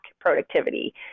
productivity